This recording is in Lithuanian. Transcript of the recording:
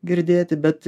girdėti bet